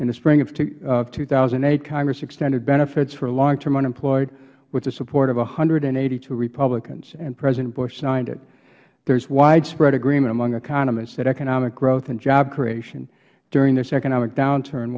in the spring of two thousand and eight congress extended benefits for long term unemployed with the support of one hundred and eighty two republicans and president bush signed it there is widespread agreement among economists that economic growth and job creation during this economic downturn